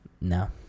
no